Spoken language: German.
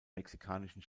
mexikanischen